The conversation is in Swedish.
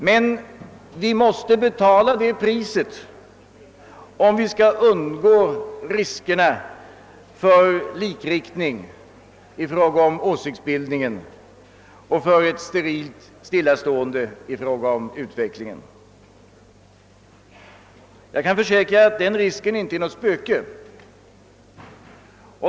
Men vi måste betala det priset, om vi skall kunna undgå riskerna för likriktning i fråga om åsiktsbildningen och för ett sterilt stillastående i fråga om utvecklingen. Jag kan försäkra att den risken inte är något spöke.